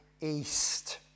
east